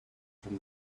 from